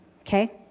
Okay